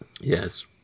Yes